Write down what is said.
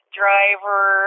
driver